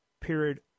period